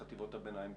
ולחטיבות הביניים בפרט.